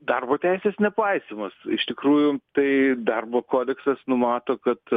darbo teisės nepaisymas iš tikrųjų tai darbo kodeksas numato kad